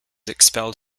expelled